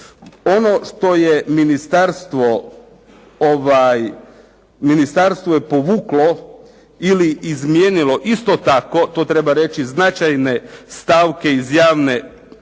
ministarstvo je povuklo ili izmijenilo isto tako, to treba reći, značajne stavke iz javne